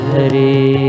Hare